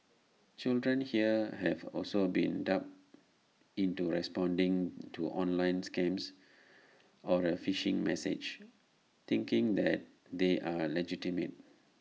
children here have also been duped into responding to online scams or A phishing message thinking that they are legitimate